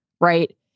right